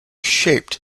shaped